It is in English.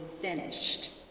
finished